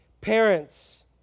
Parents